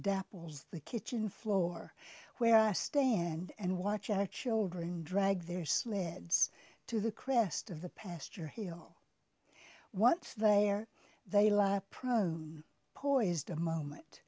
dapples the kitchen floor where i stand and watch our children drag their sleds to the crest of the pasture hill once there they lie prone poised a moment